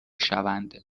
شوند